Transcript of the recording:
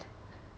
after that